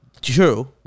True